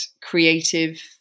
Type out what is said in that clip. creative